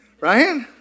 Right